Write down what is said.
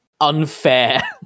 unfair